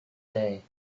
day